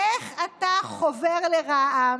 איך אתה חובר לרע"מ?